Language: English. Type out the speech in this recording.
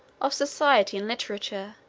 of society and literature,